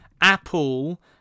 Apple